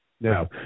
No